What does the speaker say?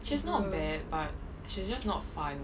she's not bad but she's just not fun